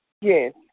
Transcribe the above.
Yes